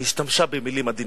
היא השתמשה במלים עדינות.